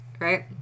Right